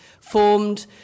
formed